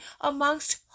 amongst